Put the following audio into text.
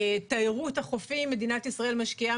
תיירות החופים מדינת ישראל משקיעה